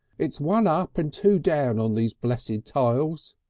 it's one up and two down on these blessed tiles.